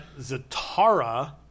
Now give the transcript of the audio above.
Zatara